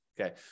okay